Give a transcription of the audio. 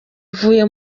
uvuye